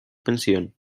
pensión